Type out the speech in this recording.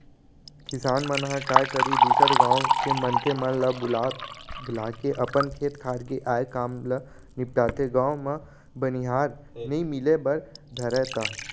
किसान मन ह काय करही दूसर गाँव के मनखे मन ल बुला बुलाके अपन खेत खार के आय काम ल निपटाथे, गाँव म बनिहार नइ मिले बर धरय त